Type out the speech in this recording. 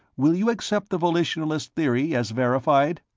will you accept the volitionalist theory as verified?